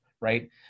right